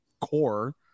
core